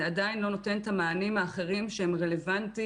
זה עדיין לא נותן את המענים האחרים שהם רלוונטיים,